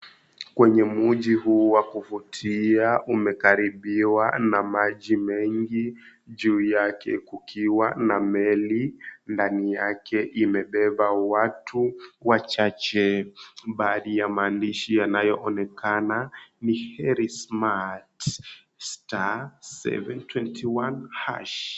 Kwenye mji huu wa kuvutia umekaribiwaa na maji mengi juu yake ukiwa na meli ndani yake imebeba watu wachache. Baadhi ya mahandishi yanayojulikana ni, "Veri Smart *51#."